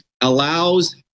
allows